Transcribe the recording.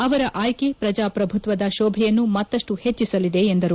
ಅವರ ಅಯ್ಕೆ ಪ್ರಜಾಪ್ರಭುತ್ವದ ಶೋಭೆಯನ್ನು ಮತ್ತಷ್ಟು ಹೆಟ್ಟಿಸಲಿದೆ ಎಂದರು